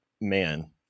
man